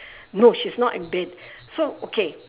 no she's not in bed so okay